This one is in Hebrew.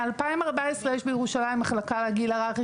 מ-2014 יש בירושלים מחלקה לגיל הרך,